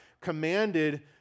commanded